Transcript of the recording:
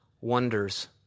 wonders